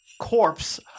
corpse